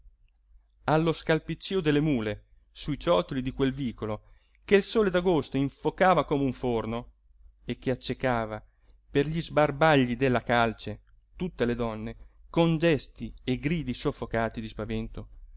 imbalordito allo scalpiccío delle mule sui ciottoli di quel vicolo che il sole d'agosto infocava come un forno e che accecava per gli sbarbagli della calce tutte le donne con gesti e gridi soffocati di spavento